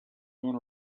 going